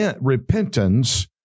Repentance